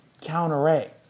Counteract